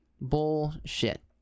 Bullshit